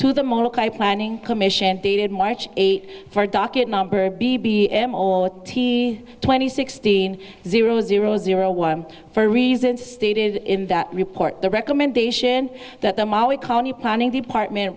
to the planning commission dated march eighth for docket number b b m old t twenty sixteen zero zero zero one for reasons stated in that report the recommendation that the maui county planning the apartment